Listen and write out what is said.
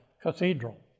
cathedral